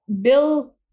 Bill